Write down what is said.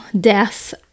deaths